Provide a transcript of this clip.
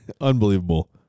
Unbelievable